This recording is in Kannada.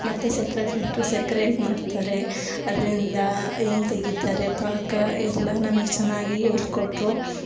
ಮತ್ತು ಸಕ್ಕರೆ ಫ್ಯಾಕ್ಟ್ರಿ ಸಕ್ಕರೆ ಹೇಗೆ ಮಾಡ್ತಾರೆ ಅದ್ರಿಂದಾ ಹೆಂಗ್ ತೆಗಿತಾರೆ ಪಾಕ ಎಲ್ಲ ನಮಗೆ ಚೆನ್ನಾಗಿ ಹೇಳ್ಕೊಟ್ರು